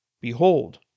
Behold